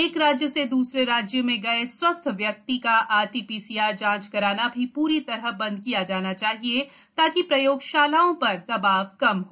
एक राज्य से दुसरे राज्य में गए स्वस्थ व्यक्ति का आरटी पीसीआर जांच कराना भी पूरी तरह बंद किया जाना चाहिए ताकि प्रयोगशालाओं पर दबाव कम हो